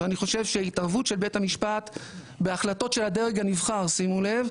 ואני חושב שהתערבות של בית המשפט בהחלטת של הדרג הנבחר שימו לב,